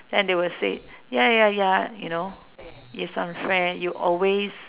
then they will say ya ya ya you know it's unfair you always